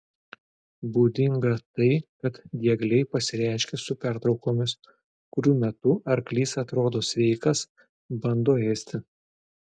būdinga tai kad diegliai pasireiškia su pertraukomis kurių metu arklys atrodo sveikas bando ėsti